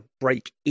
break